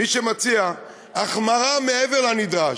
מי שמציע, החמרה מעבר לנדרש.